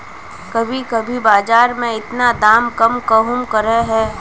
कभी कभी बाजार में इतना दाम कम कहुम रहे है?